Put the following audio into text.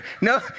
no